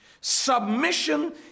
Submission